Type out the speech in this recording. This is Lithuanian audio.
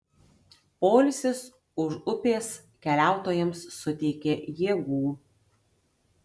poilsis už upės keliautojams suteikė jėgų